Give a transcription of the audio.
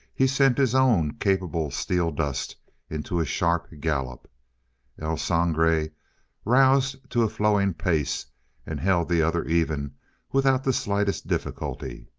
he sent his own capable steeldust into a sharp gallop el sangre roused to a flowing pace and held the other even without the slightest difficulty.